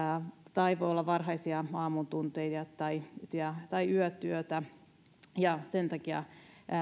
tai voi olla varhaisia aamun tunteja tai yötyötä sen takia